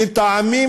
מטעמים